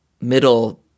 middle